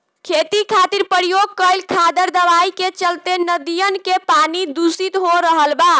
खेती खातिर प्रयोग कईल खादर दवाई के चलते नदियन के पानी दुसित हो रहल बा